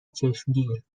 چشمگیر